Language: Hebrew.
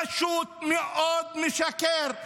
פשוט מאוד משקר.